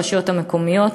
הרשויות המקומיות.